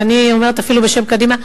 ואני אומרת אפילו בשם קדימה,